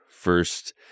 first